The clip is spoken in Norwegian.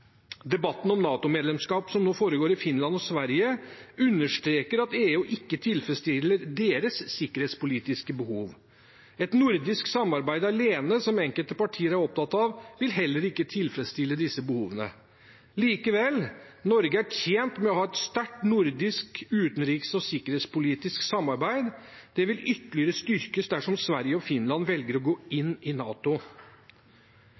Debatten om NATO-medlemskap som nå foregår i Finland og Sverige, understreker at EU ikke tilfredsstiller deres sikkerhetspolitiske behov. Et nordisk samarbeid alene, som enkelte partier er opptatt av, vil heller ikke tilfredsstille disse behovene. Likevel: Norge er tjent med å ha et sterkt nordisk utenriks- og sikkerhetspolitisk samarbeid. Det vil ytterligere styrkes dersom Sverige og Finland velger å gå